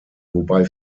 wobei